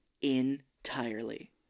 entirely